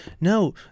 No